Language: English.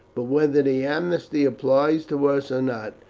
but whether the amnesty applies to us or not,